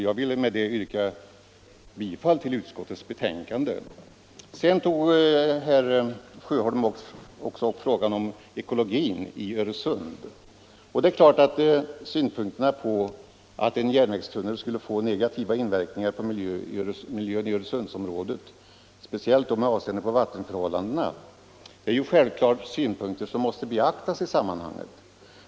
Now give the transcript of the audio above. Jag vill med det yrka bifall till utskottets hemställan. Sedan tog herr Sjöholm också upp frågan om ekologin i Öresund. Det är givet att synpunkterna på att en järnvägstunnel skulle få negativa inverkningar på miljön i Öresundsområdet — speciellt med avseende på vattenförhållandena — måste beaktas i sammanhanget.